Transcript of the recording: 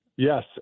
Yes